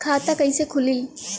खाता कईसे खुली?